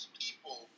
people